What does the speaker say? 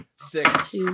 Six